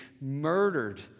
murdered